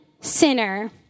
sinner